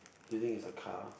do you think is a car